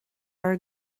air